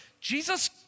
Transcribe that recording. Jesus